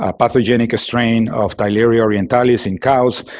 ah pathogenic strain of theileria orientalis in cows.